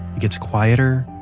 it gets quieter,